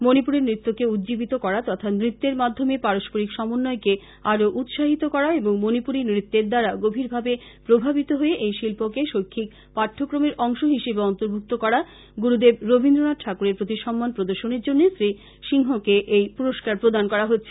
মণিপুরী নত্যকে উজ্জীবিত করা তথা নত্যের মাধ্যমে পারস্পরিক সমন্বয়কে আরো উৎসাহিত করা এবং মণিপুরী নৃত্যের দ্বারা গভীরভাবে প্রভাবিত হয়ে এই শিল্পকে শৈক্ষক পাঠ্যক্রমের অংশ হিসেবে অর্ন্তভুক্ত করা গুরুদেব রবীন্দ্রনাথ ঠাকুরের প্রতি সম্মান প্রদর্শনের জন্যে শ্রী সিংহকে এই পুরস্কার প্রদান করা হচ্ছে